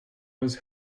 was